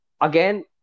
again